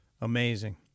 Amazing